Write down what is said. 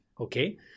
Okay